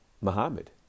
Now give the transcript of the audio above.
Muhammad